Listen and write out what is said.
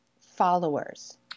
followers